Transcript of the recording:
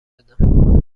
بدم